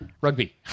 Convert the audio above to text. Rugby